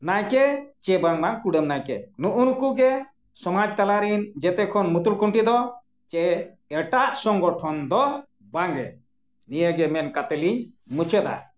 ᱱᱟᱭᱠᱮ ᱥᱮ ᱵᱟᱝᱢᱟ ᱠᱩᱰᱟᱹᱢ ᱱᱟᱭᱠᱮ ᱱᱩᱜᱼᱩ ᱱᱩᱠᱩ ᱜᱮ ᱥᱚᱢᱟᱡᱽ ᱛᱟᱞᱟᱨᱮᱱ ᱡᱷᱚᱛᱚ ᱠᱷᱚᱱ ᱢᱩᱛᱩᱞᱠᱷᱩᱱᱴᱤ ᱫᱚ ᱥᱮ ᱮᱴᱟᱜ ᱥᱚᱝᱜᱚᱴᱷᱚᱱ ᱫᱚ ᱵᱟᱝᱜᱮ ᱱᱤᱭᱟᱹᱜᱮ ᱢᱮᱱ ᱠᱟᱛᱮᱫ ᱞᱤᱧ ᱢᱩᱪᱟᱹᱫᱟ